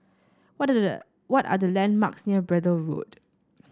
what what are the landmarks near Braddell Road